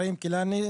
איברהים כילאני,